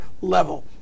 level